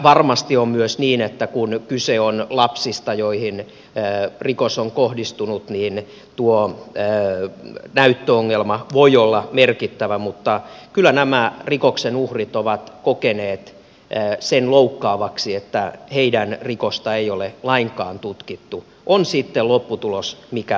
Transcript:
varmasti on myös niin että kun kyse on lapsista joihin rikos on kohdistunut niin tuo näyttöongelma voi olla merkittävä mutta kyllä nämä rikoksen uhrit ovat kokeneet sen loukkaavaksi että heidän rikostaan ei ole lainkaan tutkittu on sitten lopputulos mikä tahansa